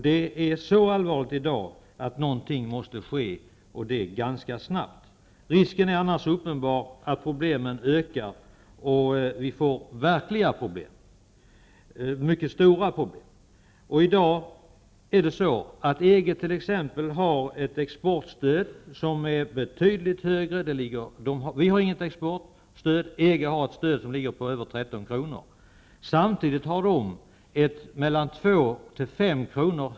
Det är så allvarligt i dag att någonting måste ske -- och det ganska snabbt. Risken är annars uppenbar att problemen ökar och att vi får verkliga, mycket stora problem. Vi har i dag inget exportstöd. EG har ett stöd som ligger på över 13 kr. Samtidigt har man inom EG ett mellan 2 och 5 kr.